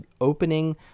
opening